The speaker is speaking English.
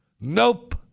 Nope